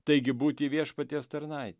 taigi būti viešpaties tarnait